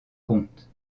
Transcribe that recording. comte